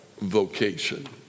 vocation